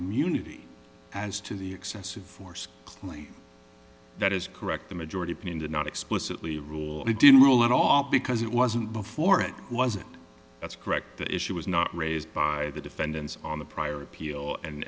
immunity as to the excessive force claim that is correct the majority opinion did not explicitly rule it didn't rule at all because it wasn't before it wasn't that's correct the issue was not raised by the defendants on the prior appeal and